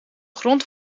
grond